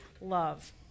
love